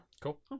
Cool